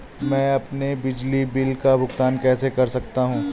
मैं अपने बिजली बिल का भुगतान कैसे कर सकता हूँ?